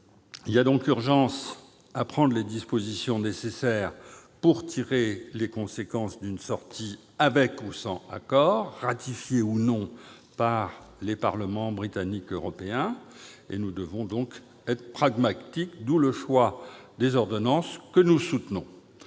Il est urgent de prendre les dispositions nécessaires pour tirer les conséquences d'une sortie, avec ou sans accord, ratifiée ou non par le Parlement britannique et le Parlement européen. Nous devons donc être pragmatiques : d'où le choix des ordonnances, que nous soutenons.